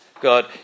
God